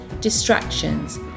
distractions